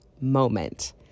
moment